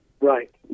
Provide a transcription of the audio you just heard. Right